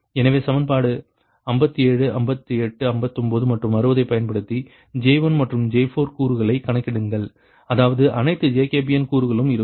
எனவே சமன்பாடு 57 58 59 மற்றும் 60 ஐப் பயன்படுத்தி J1 மற்றும் J4 கூறுகளைக் கணக்கிடுங்கள் அதாவது அனைத்து ஜேகோபியன் கூறுகளும் இருக்கும்